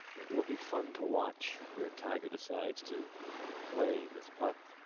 it will be fun to watch where tiger decides to play this part.